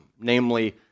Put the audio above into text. Namely